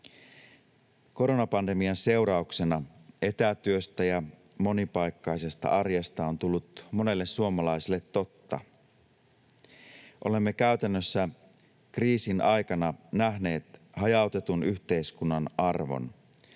Koronapandemian seurauksena etätyöstä ja monipaikkaisesta arjesta on tullut monelle suomalaiselle totta. Olemme käytännössä kriisin aikana nähneet hajautetun yhteiskunnan arvon.